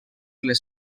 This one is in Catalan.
les